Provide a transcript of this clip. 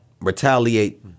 retaliate